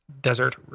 desert